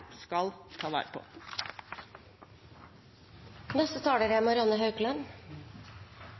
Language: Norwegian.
skal ta vare